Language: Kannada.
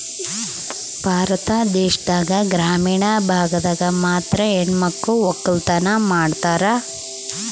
ಭಾರತ ದೇಶದಾಗ ಗ್ರಾಮೀಣ ಭಾಗದಾಗ ಮಾತ್ರ ಹೆಣಮಕ್ಳು ವಕ್ಕಲತನ ಮಾಡ್ತಾರ